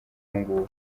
ubungubu